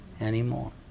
anymore